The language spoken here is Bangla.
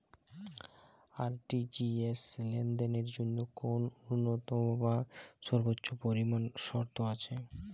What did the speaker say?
আর.টি.জি.এস লেনদেনের জন্য কোন ন্যূনতম বা সর্বোচ্চ পরিমাণ শর্ত আছে?